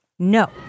No